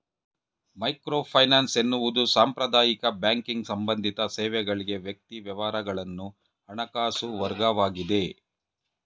microfinance ಎನ್ನುವುದು ಸಾಂಪ್ರದಾಯಿಕ banking ಸಂಬಂಧಿತ ಸೇವೆಗಳ್ಗೆ ವ್ಯಕ್ತಿ ವ್ಯವಹಾರಗಳನ್ನ ಹಣಕಾಸು ಸೇವೆವರ್ಗವಾಗಿದೆ